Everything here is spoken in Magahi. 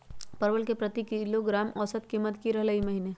परवल के प्रति किलोग्राम औसत कीमत की रहलई र ई महीने?